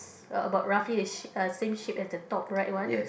uh about roughly the shape same shape as the top right one